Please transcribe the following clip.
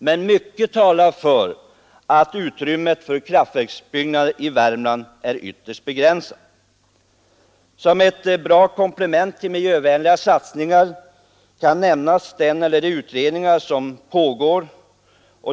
Men mycket talar för att utrymmet för kraftverksbyggnader i Värmland är ytterst begränsat. Som ett bra komplement till miljövänliga satsningar kan nämnas de utredningar som pågår.